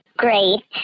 Great